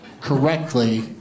correctly